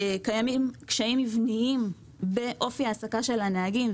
קיימים קשיים מבניים באופי ההעסקה של הנהגים.